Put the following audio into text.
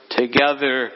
together